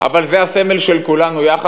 אבל זה הסמל של כולנו יחד.